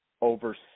over